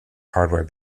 hardware